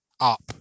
up